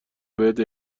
بهت